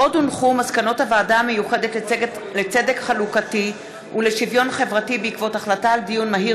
מסקנות הוועדה המיוחדת לצדק חלוקתי ולשוויון חברתי בעקבות דיון מהיר